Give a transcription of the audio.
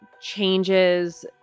changes